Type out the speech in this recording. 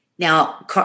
Now